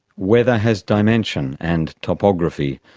weather has dimension and topography.